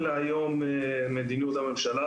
במדינות האלה,